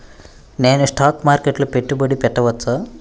నేను స్టాక్ మార్కెట్లో పెట్టుబడి పెట్టవచ్చా?